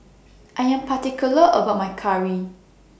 I Am particular about My Curry